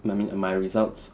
I mean my results